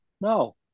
No